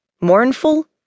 mournful